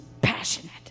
passionate